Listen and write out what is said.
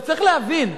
צריך להבין,